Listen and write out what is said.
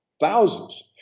Thousands